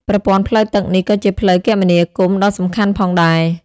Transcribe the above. ប្រព័ន្ធផ្លូវទឹកនេះក៏ជាផ្លូវគមនាគមន៍ដ៏សំខាន់ផងដែរ។